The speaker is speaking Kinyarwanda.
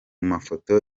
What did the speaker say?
mafoto